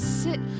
sit